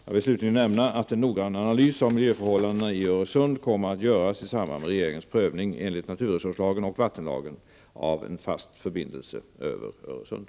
Jag vill slutligen nämna att en noggrann analys av miljförhållandena i Öresund kommer att göras i samband med regeringens prövning enligt naturresurslagen och vattenlagen av en fast förbindelse över Öresund.